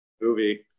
movie